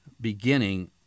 beginning